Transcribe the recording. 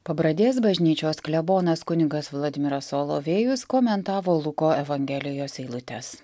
pabradės bažnyčios klebonas kunigas vladimiras solovėjus komentavo luko evangelijos eilutes